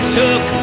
took